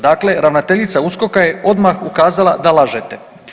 Dakle, ravnateljica USKOK-a je odmah ukazala da lažete.